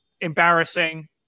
embarrassing